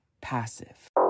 passive